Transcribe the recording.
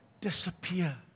disappear